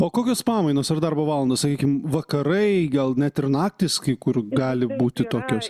o kokios pamainos ar darbo valandos sakykim vakarai gal net ir naktys kai kur gali būti tokios